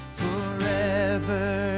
forever